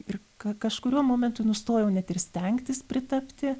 ir ka kažkuriuo momentu nustojau net ir stengtis pritapti